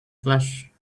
flesh